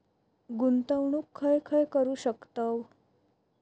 गुंतवणूक खय खय करू शकतव?